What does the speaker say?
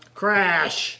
crash